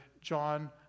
John